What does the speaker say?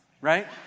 right